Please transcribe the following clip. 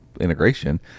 integration